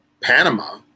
Panama